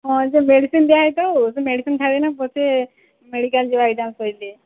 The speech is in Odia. ହଁ ମେଡିସିନ୍ ଦିଆ ହୋଇଥାଉ ସେ ମେଡିସିନ୍ ଖାଇବେନା ପଛେ ମେଡିକାଲ ଯିବା କହିଲି